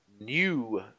new